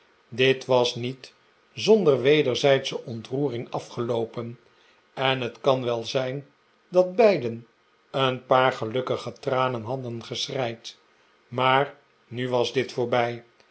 dit was niet zonder wederzijdsche ontroering afgeloopen en het kan wel zijn dat beiden een paar gelukkige tranen hadden geschreid maar nu was dit voorbij